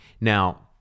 Now